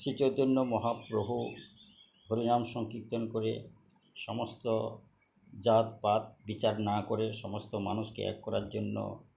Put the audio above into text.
শ্রীচৈতন্য মহাপ্রভূ হরিনাম সংকীর্তন করে সমস্ত জাতপাত বিচার না করে সমস্ত মানুষকে এক করার জন্য